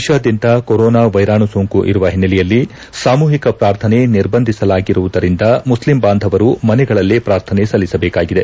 ದೇಶಾದ್ಯಂತ ಕೊರೊನಾ ವೈರಾಣು ಸೋಂಕು ಇರುವ ಹಿನ್ನೆಲೆಯಲ್ಲಿ ಸಾಮೂಹಿಕ ಪ್ರಾರ್ಥನೆ ನಿರ್ಬಂಧಿಸಲಾಗಿರುವುದರಿಂದ ಮುಸ್ಲಿಂ ಬಾಂಧವರು ಮನೆಗಳಲ್ಲೇ ಪ್ರಾರ್ಥನೆ ಸಲ್ಲಿಸಬೇಕಾಗಿದೆ